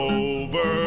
over